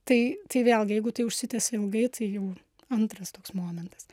tai tai vėlgi jeigu tai užsitęsia ilgai tai jau antras toks momentas